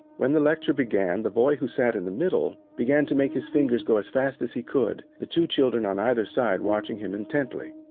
when the lecture began the boy who sat in the middle began to make his fingers go as fast as he could, the two children on either side watching him intently.